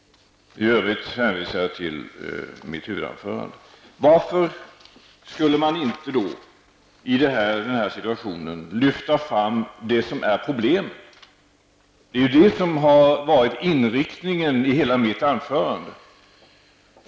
I övrigt hänvisar jag till mitt huvudanförande. Varför skulle man inte i den här situationen lyfta fram det som är problemet? Det är ju det som har varit inriktningen av hela mitt anförande.